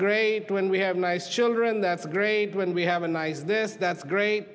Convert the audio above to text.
great when we have nice children that's great when we have a nice this that's great